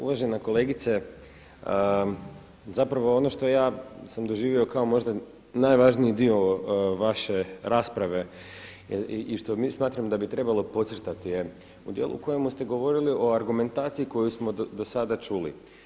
Uvažane kolegice, zapravo ono što ja sam doživio kao možda najvažniji dio vaše rasprave i što smatram da bi trebalo podcrtati u dijelu u kojem u ste govorili o argumentaciji koju smo do sada čuli.